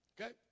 Okay